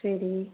சரி